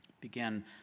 began